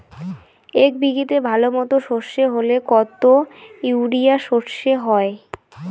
এক বিঘাতে ভালো মতো সর্ষে হলে কত ইউরিয়া সর্ষে হয়?